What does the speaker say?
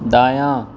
دایاں